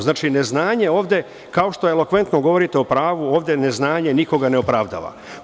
Znači, neznanje ovde, kao što elokventno govorite o pravu ovde, neznanje nikoga ne opravdava.